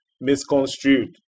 misconstrued